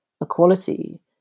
equality